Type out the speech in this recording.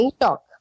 talk